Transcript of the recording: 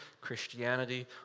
Christianity